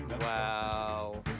Wow